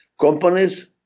Companies